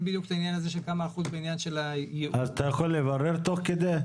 בדיוק כמה אחוז בעניין הייעור -- אתה יכול לברר תוך כדי?